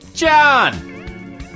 John